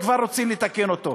וכבר רוצים לתקן אותו.